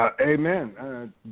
Amen